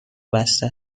بسته